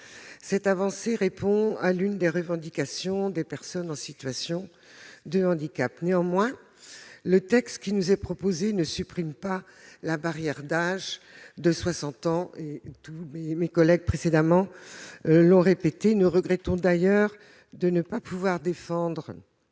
Cette avancée répond à l'une des revendications des personnes en situation de handicap. Néanmoins, le texte qui nous est proposé ne supprime pas la barrière d'âge de 60 ans. C'est pourquoi nous regrettons de ne pas pouvoir défendre